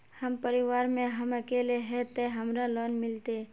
हम परिवार में हम अकेले है ते हमरा लोन मिलते?